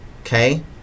okay